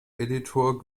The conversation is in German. editor